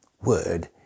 word